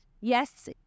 yes